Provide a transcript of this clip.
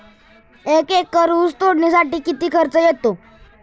एक एकर ऊस तोडणीसाठी किती खर्च येतो?